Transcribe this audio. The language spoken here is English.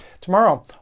Tomorrow